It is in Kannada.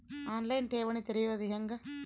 ಆನ್ ಲೈನ್ ಠೇವಣಿ ತೆರೆಯೋದು ಹೆಂಗ?